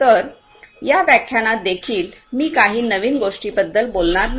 तर या व्याख्यानात देखील मी काही नवीन गोष्टींबद्दल बोलणार नाही